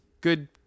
good